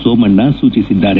ಸೋಮಣ್ಣ ಸೂಚಿಸಿದ್ದಾರೆ